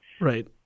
Right